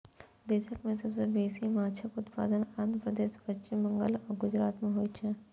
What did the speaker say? देश मे सबसं बेसी माछक उत्पादन आंध्र प्रदेश, पश्चिम बंगाल आ गुजरात मे होइ छै